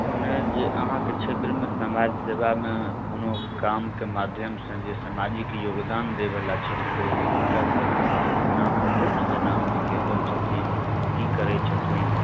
मने जे अहाँके क्षेत्रमे समाज सेवामे कोनो कामके माध्यम से जे सामाजिक योगदान दैवला छथि लोग हुनकरसभके किछु नाम हेतै ने जेना केसभ छथिन की करै छथिन